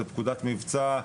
זה פקודת מבצע,